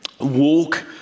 Walk